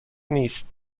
نیست